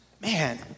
man